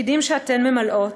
בתפקידים שאתן ממלאות,